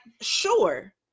sure